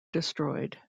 destroyed